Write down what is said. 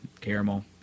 caramel